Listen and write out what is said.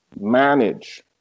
manage